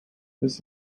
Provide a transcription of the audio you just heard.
this